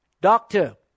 Doctor